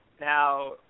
Now